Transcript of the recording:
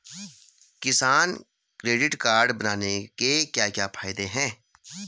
किसान credit card बनाने के क्या क्या फायदे हैं?